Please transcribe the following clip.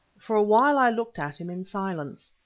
for a while i looked at him in silence.